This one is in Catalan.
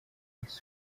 els